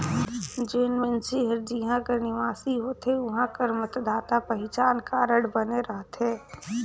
जेन मइनसे हर जिहां कर निवासी होथे उहां कर मतदाता पहिचान कारड बने रहथे